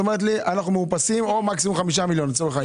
את אומרת לי: אנחנו מאופסים או מקסימום 5 מיליון לצורך העניין?